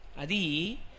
Adi